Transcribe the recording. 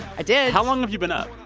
i did how long have you been up?